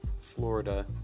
Florida